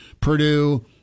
Purdue